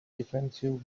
defensive